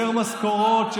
יותר משכורות,